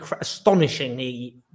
astonishingly